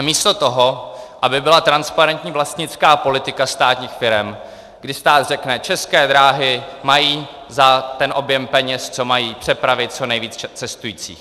Místo toho, aby byla transparentní vlastnická politika státních firem, kdy stát řekne: České dráhy mají za ten objem peněz, co mají, přepravit co nejvíce cestujících;